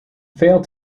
failed